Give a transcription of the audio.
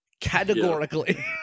categorically